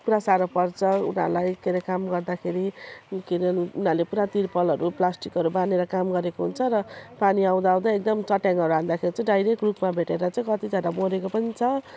पुरा साह्रो पर्छ उनीहरूलाई के अरे काम गर्दाखेरि के अरे उनीहरूले पुरा तिर्पालहरू प्लास्टिकहरू बानेर काम गरेको हुन्छ र पानी आउँदा आउँदै एकदम चट्याङहरू हान्दाखेरि चाहिँ डाइरेक्ट रूपमा भेटेर चाहिँ कतिजना मरेको पनि छ